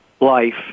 life